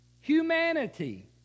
humanity